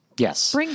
Yes